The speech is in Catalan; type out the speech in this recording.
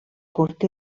curt